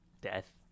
death